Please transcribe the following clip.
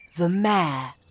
the man.